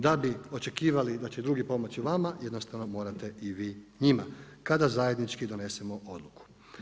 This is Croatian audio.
Da bi očekivali da će drugi pomoći vama, jednostavno morate i vi njima kada zajednički donesemo odluku.